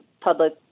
public